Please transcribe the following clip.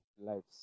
lives